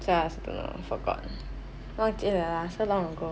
so I also don't know forgot 忘记了啦 so long ago